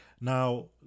Now